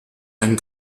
ein